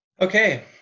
Okay